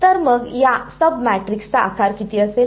तर मग या सब मॅट्रिक्सचा आकार किती असेल